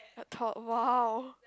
t~ tall !wow!